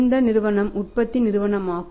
இந்த நிறுவனம் உற்பத்தி நிறுவனமாகும்